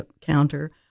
counter